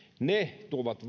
ne tuovat